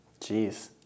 Jeez